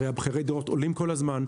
הרי מחירי הדירות עולים כל הזמן,